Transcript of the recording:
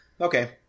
Okay